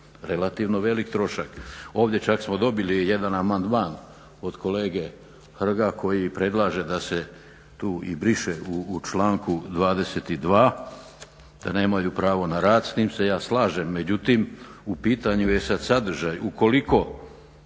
relativno velik trošak. Ovdje čak smo dobili jedan amandman od kolege Hrga koji predlaže da se tu i briše u članku 22.,da nemaju pravo na rad, s tim se ja slažem. Međutim, u pitanju je sad sadržaj ukoliko